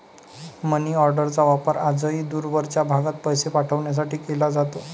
मनीऑर्डरचा वापर आजही दूरवरच्या भागात पैसे पाठवण्यासाठी केला जातो